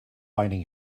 winding